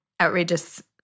outrageous